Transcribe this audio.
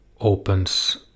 opens